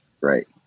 right